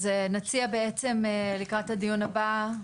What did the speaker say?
אז נציע בעצם לקראת הדיון הבא.